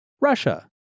Russia